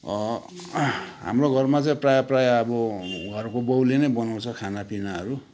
हाम्रो घरमा चाहिँ प्राय प्राय अब घरको बाउले नै बनाउँछ खानापिनाहरू